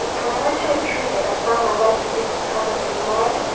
when i went to retrieve it, i found my white suzuki covered in mud,